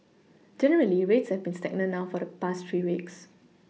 generally rates have been stagnant now for the past three weeks